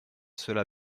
cela